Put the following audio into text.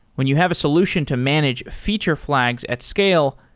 when you have a solution to manage feature flags at scale,